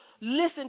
listen